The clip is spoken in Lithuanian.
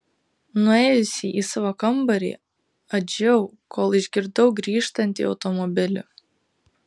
nuėjusi į savo kambarį adžiau kol išgirdau grįžtantį automobilį